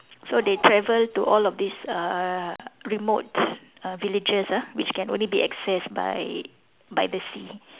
so they travel to all of these uh remotes uh villages ah which can only be accessed by by the sea